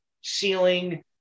Ceiling